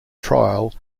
trial